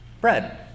bread